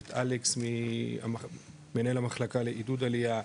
את אלכס מנהל המחלקה לעידוד עלייה,